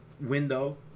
window